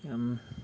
ꯌꯥꯝ